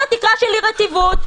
כל התקרה שלי רטיבות.